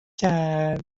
کرد